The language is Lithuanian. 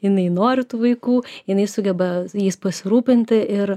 jinai nori tų vaikų jinai sugeba jais pasirūpinti ir